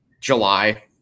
July